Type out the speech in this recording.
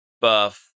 buff